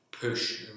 push